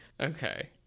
okay